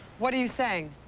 whatre you saying?